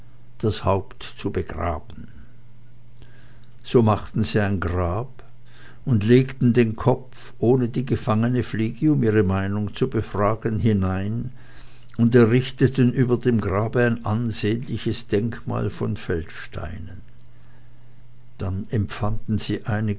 das haupt zu begraben so machten sie ein grab und legten den kopf ohne die gefangene fliege um ihre meinung zu befragen hinein und errichteten über dem grabe ein ansehnliches denkmal von feldsteinen dann empfanden sie